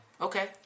okay